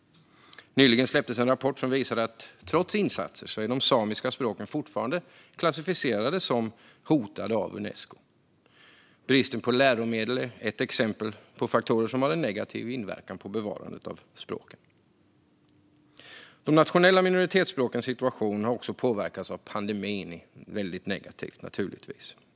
Nyligen släpptes en rapport som visar att de samiska språken fortfarande, trots insatser, är klassificerade som hotade av Unesco. Bristen på läromedel är ett exempel på faktorer som har en negativ inverkan på bevarandet av språken. De nationella minoritetsspråkens situation har också påverkats väldigt negativt av pandemin.